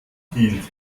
hielt